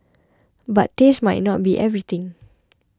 but taste might not be everything